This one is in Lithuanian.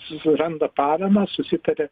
suranda paramą susitaria